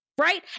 Right